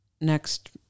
next